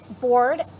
board